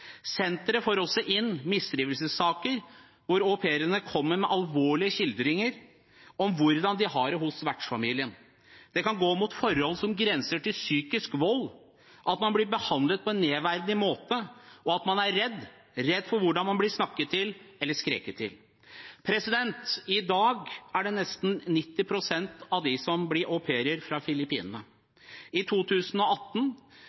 får også inn mistrivselssaker, hvor au pairene kommer med alvorlige skildringer av hvordan de har det hos vertsfamilien. – Det kan gå mot forhold som grenser til psykisk vold. At man blir behandlet på en nedverdigende måte, og at man er redd. Redd for hvordan man blir snakket til, eller skreket til, sier Nogva.» I dag er nesten 90 pst. av dem som blir